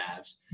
Mavs